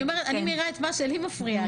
אני מאירה את מה שמפריע לי.